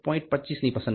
25ની પસંદગી છે